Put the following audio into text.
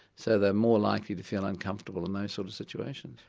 so they're more likely to feel uncomfortable in those sort of situations.